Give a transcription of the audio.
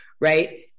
right